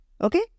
Okay